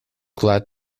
glad